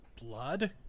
blood